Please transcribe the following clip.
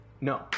No